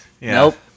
Nope